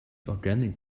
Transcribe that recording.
organic